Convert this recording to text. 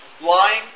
lying